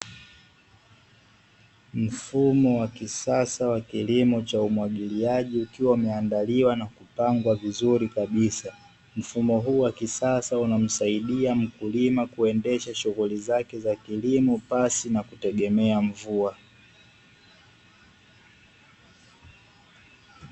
Mfumo wa kisasa wa kilimo cha umwagiliaji ukiwa umeandaliwa na kupangwa vizuri kabisa, mfumo huo wa kisasa unamsaidia mkulima kuendesha shughuli zake za kilimo pasi na kutegemea mvua.